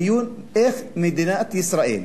הדיון הוא איך מדינת ישראל,